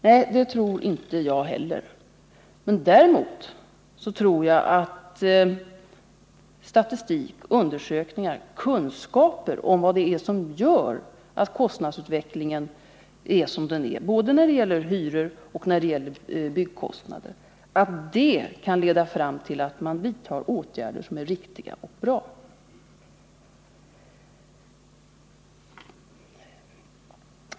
Nej, det tror inte jag heller. Men däremot tror jag att statistik, undersökningar och kunskaper om vad det är som gör att kostnadsutvecklingen är som den är både när det gäller hyror och när det gäller byggkostnader kan leda fram till att åtgärder vidtas som är riktiga och bra.